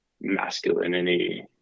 masculinity